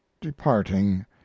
departing